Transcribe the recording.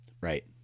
right